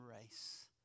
race